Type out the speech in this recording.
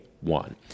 one